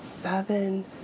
seven